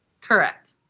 Correct